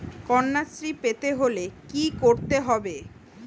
কন্যাশ্রী পেতে হলে কি করতে হবে?